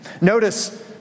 Notice